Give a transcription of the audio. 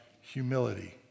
humility